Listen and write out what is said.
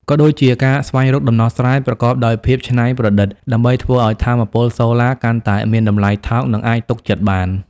ក៏ដូចជាការស្វែងរកដំណោះស្រាយប្រកបដោយភាពច្នៃប្រឌិត ដើម្បីធ្វើឱ្យថាមពលសូឡាកាន់តែមានតម្លៃថោក និងអាចទុកចិត្តបាន។